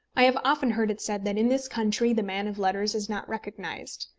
i have often heard it said that in this country the man of letters is not recognised.